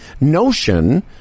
notion